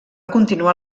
continuar